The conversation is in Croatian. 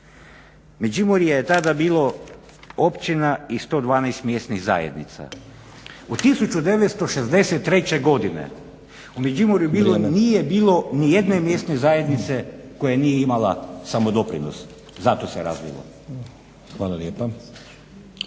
Međimurje je tada bilo općina i 112 mjesnih zajednica. U 1963. godine u Međimurju … …/Upadica Stazić: Vrijeme./… … nije bilo ni jedne mjesne zajednice koja nije imala samodoprinos, zato se razvilo.